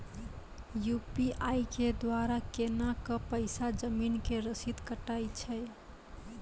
UPI के द्वारा केना कऽ पैसा जमीन के रसीद कटैय छै?